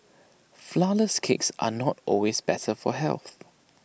Flourless Cakes are not always better for health